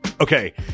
okay